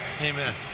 Amen